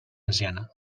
valenciana